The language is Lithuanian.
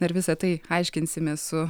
ir visa tai aiškinsimės su